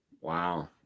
Wow